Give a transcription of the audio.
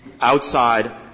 outside